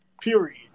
period